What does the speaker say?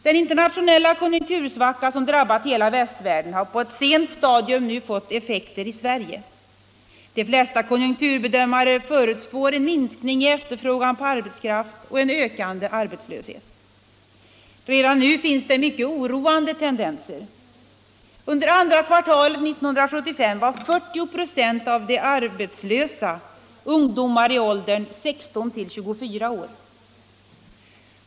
Den internationella konjunktursvackan som drabbat hela västvärlden har på ett sent stadium nu fått effekter i Sverige. De flesta konjunkturbedömare förutspår en minskning i efterfrågan på arbetskraft och en ökande arbetslöshet. Redan nu finns det mycket oroande tendenser. Under andra kvartalet 1975 var 40 96 av de arbetslösa ungdomar i åldern 16-24 år.